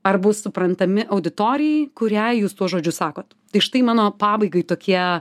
ar bus suprantami auditorijai kurią jūs tuo žodžiu sakot tai štai mano pabaigai tokie